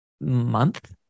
month